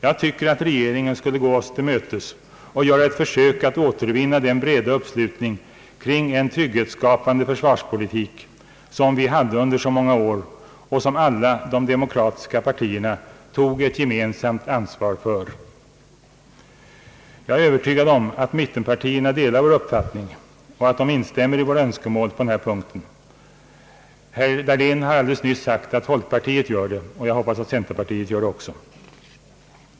Jag tycker att regering en skulle gå oss till mötes och göra ett försök att återvinna den breda uppslutning kring en trygghetsskapande försvarspolitik, som vi hade under så många år och som alla de demokratiska partierna tog gemensamt ansvar för. Jag är övertygad om att mittenpartierna delar vår uppfattning och instämmer i våra önskemål på den här punkten. Herr Dahlén har alldeles nyss sagt att folkpartiet gör det, och jag hoppas att även centerpartiet gör det.